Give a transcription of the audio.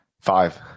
Five